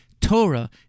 Torah